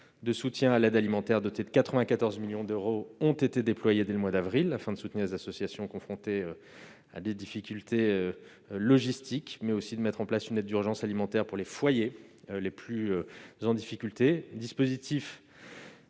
de soutien à l'aide alimentaire, dotés de 94 millions d'euros, ont été déployés dès le mois d'avril afin de soutenir les associations confrontées à des difficultés logistiques, mais aussi pour mettre en place une aide d'urgence alimentaire au profit des foyers les plus en difficulté, dispositif